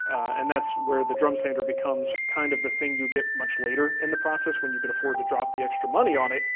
and that's where the drum sander becomes kind of the thing you get much later in the process when you can afford to drop the extra money on it.